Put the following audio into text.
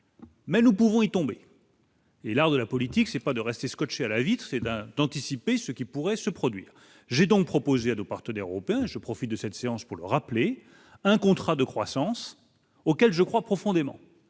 Mais nous pouvons est tombé. Et l'art de la politique, c'est pas de rester scotché à la vitre, c'est d'un d'anticiper ce qui pourrait se produire, j'ai donc proposé à nos partenaires européens, je profite de cette séance pour le rappeler : un contrat de croissance auquel je crois profondément,